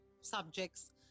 subjects